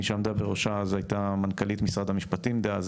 מי שעמדה בראשה אז הייתה מנכ"לית משרד המשפטים דאז,